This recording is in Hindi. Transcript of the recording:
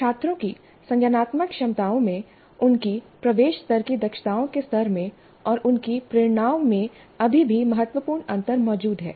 छात्रों की संज्ञानात्मक क्षमताओं में उनकी प्रवेश स्तर की दक्षताओं के स्तर में और उनकी प्रेरणाओं में अभी भी महत्वपूर्ण अंतर मौजूद हैं